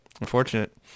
Unfortunate